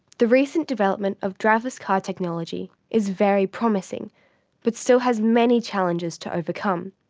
the recent development of driverless car technology is very promising but still has many challenges to overcome,